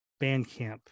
Bandcamp